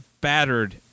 battered